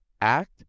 act